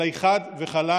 אלא חד וחלק